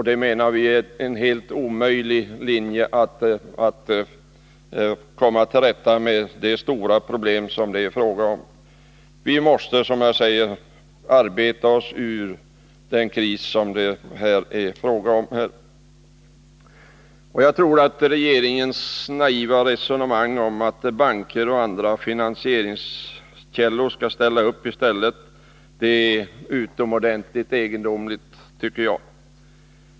Det menar vi är en helt omöjlig linje när det gäller att komma till rätta med de stora problem det är fråga om. Vi måste, som jag säger, arbeta oss ur denna kris. Regeringens naiva resonemang om att banker och andra finansieringskällor skall ställa upp i stället är utomordentligt egendomlig, tycker jag.